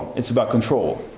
it's about control.